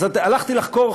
אז הלכתי לחקור,